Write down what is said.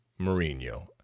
Mourinho